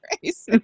Grace